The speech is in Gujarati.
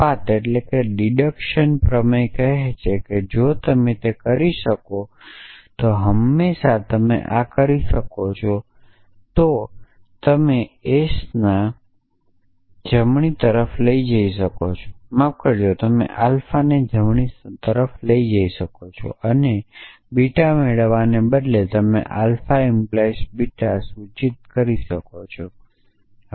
કપાત પ્રમેય કહે છે કે જો તમે તે કરી શકો તો હંમેશાં તમે આ કરી શકો છો તો તમે s ને જમણી તરફ લઈ શકો છો માફ કરશો તમે આલ્ફાને જમણી તરફ લઈ શકો છો અને બીટા મેળવવાને બદલે તમે આલ્ફા બીટા સૂચિત કરી શકો છો